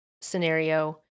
scenario